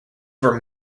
were